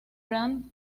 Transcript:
brandt